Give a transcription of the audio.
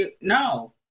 No